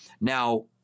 Now